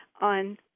on